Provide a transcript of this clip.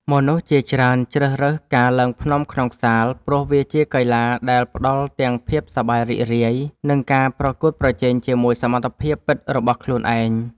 មនុស្សជាច្រើនជ្រើសរើសការឡើងភ្នំក្នុងសាល ព្រោះវាជាកីឡាដែលផ្ដល់ទាំងភាពសប្បាយរីករាយ និងការប្រកួតប្រជែងជាមួយសមត្ថភាពពិតរបស់ខ្លួនឯង។